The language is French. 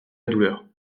douleur